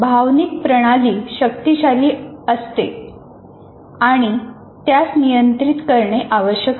भावनिक प्रणाली शक्तिशाली असू शकते आणि त्यास नियंत्रित करणे आवश्यक आहे